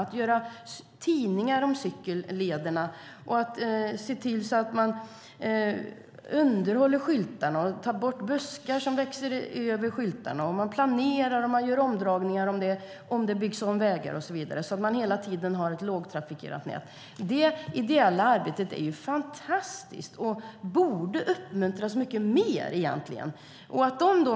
De gör tidningar om cykellederna. De ser till att man underhåller skyltarna och tar bort buskar som växer över skyltarna. De planerar och gör omdragningar om man bygger om vägar och så vidare så att det hela tiden finns ett lågtrafikerat nät. Det ideella arbetet är fantastiskt och borde uppmuntras mycket mer, egentligen.